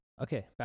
Okay